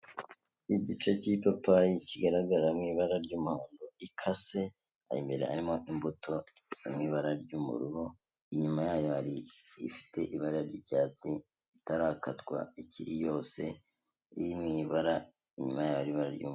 Igice cy'ipapayi kigaragara mu ibara ry'umuhondo, ikase, aho imbere harimo imbuto mu'ibara ry'ubururu, inyuma yayo ifite ibara ry'icyatsi itarakatwa ikiri yose, iri mu ibara inyuma yayo hari ibara ry'umu...